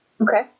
Okay